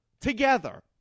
together